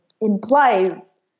implies